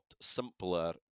simpler